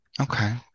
Okay